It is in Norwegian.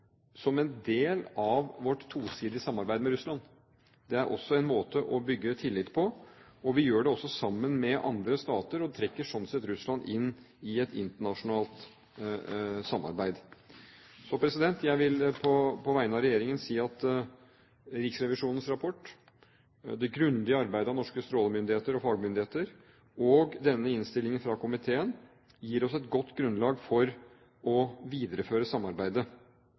som en del av vårt tosidige samarbeid med Russland. Det er også en måte å bygge tillit på, og vi gjør det sammen med andre stater og trekker slik sett Russland inn i et internasjonalt samarbeid. Jeg vil på vegne av regjeringen si at Riksrevisjonens rapport, det grundige arbeidet til norske strålemyndigheter og fagmyndigheter og denne innstillingen fra komiteen gir oss et godt grunnlag for å videreføre samarbeidet.